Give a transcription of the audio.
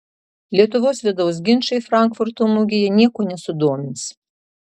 lietuvos vidaus ginčai frankfurto mugėje nieko nesudomins